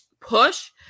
push